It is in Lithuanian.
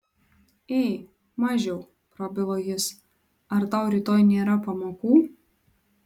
ei mažiau prabilo jis ar tau rytoj nėra pamokų